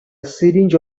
syringe